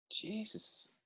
Jesus